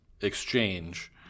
Exchange